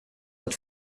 att